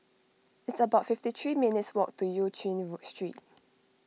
it's about fifty three minutes' walk to Eu Chin Street